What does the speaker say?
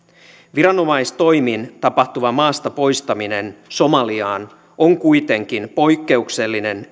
viranomaistoimin tapahtuva maasta poistaminen somaliaan on kuitenkin poikkeuksellinen